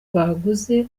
baguze